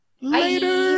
Later